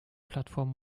plattform